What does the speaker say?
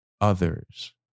others